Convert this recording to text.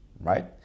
right